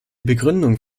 begründung